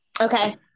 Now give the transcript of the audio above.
Okay